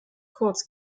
kurz